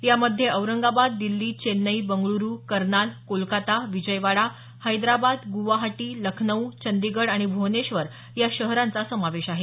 यामध्ये औरंगाबाद दिल्ली चेन्नई बंगळूरु कर्नाल कोलकाता विजयवाडा हैदराबाद ग्रवाहाटी लखनऊ चंदीगड आणि भ्वनेश्वर या शहरांचा समावेश आहे